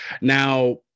Now